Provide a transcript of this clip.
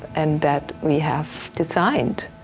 and that we have designed.